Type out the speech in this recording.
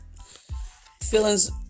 Feelings